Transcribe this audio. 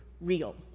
real